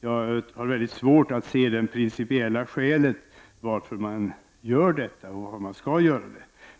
Jag har mycket svårt att se det principiella skälet till att man gör det.